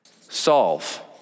solve